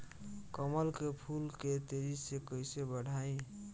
कमल के फूल के तेजी से कइसे बढ़ाई?